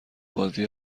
بازی